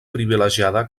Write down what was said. privilegiada